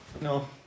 No